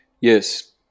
Yes